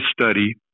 study